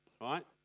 right